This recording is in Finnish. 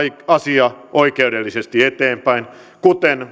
asia oikeudellisesti eteenpäin kuten